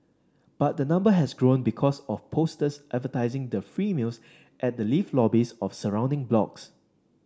but the number has grown because of posters advertising the free meals at the lift lobbies of surrounding blocks